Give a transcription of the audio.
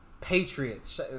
Patriots